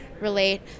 relate